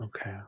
Okay